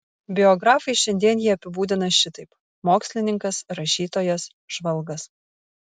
biografai šiandien jį apibūdina šitaip mokslininkas rašytojas žvalgas